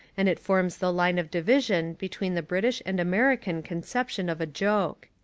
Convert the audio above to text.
and it forms the line of division be tween the british and american conception of a joke.